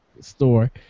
store